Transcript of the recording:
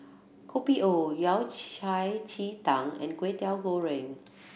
Kopi O Yao Cai chi tang and Kwetiau Goreng